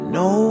no